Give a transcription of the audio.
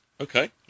Okay